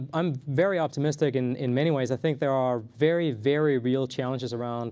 i'm very optimistic and in many ways. i think there are very, very real challenges around